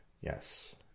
Yes